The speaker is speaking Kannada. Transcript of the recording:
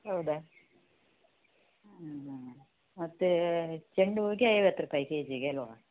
ಹೌದಾ ಮತ್ತು ಚೆಂಡು ಹೂವಿಗೆ ಐವತ್ತು ರುಪಾಯ್ ಕೇ ಜಿಗೆ ಅಲ್ವ